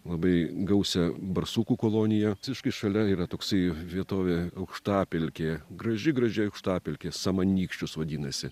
labai gausią barsukų koloniją visiškai šalia yra toksai vietovė aukštapelkė graži graži aukštapelkė samanykščius vadinasi